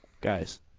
guys